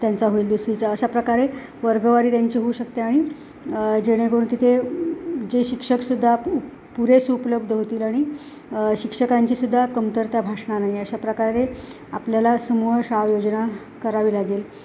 त्यांचा होईल दुसरीचा अशाप्रकारे वर्गवारी त्यांची होऊ शकते आणि जेणेकरून तिथे जे शिक्षकसुद्धा पुरेसे उपलब्ध होतील आणि शिक्षकांची सुद्धा कमतरता भाषणा नाही अशा प्रकारे आपल्याला समूह शाळा योजना करावी लागेल